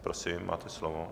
Prosím, máte slovo.